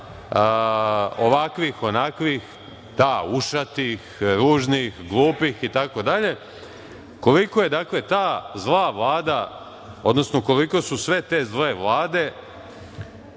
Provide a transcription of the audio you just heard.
ovakvih, onakvih, da, ušatih, ružnih, glupih itd, koliko je ta zla Vlada, odnosno koliko su sve te zle vlade